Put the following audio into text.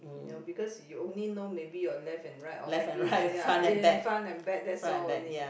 you know because you only know maybe your left and right or maybe ya front and back that's all only